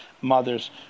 mother's